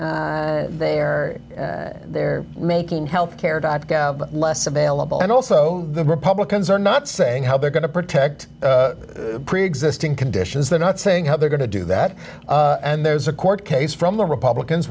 has there they're making health care dot gov less available and also the republicans are not saying how they're going to protect preexisting conditions they're not saying how they're going to do that and there's a court case from the republicans